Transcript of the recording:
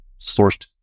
sourced